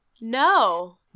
No